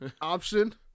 option